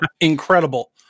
incredible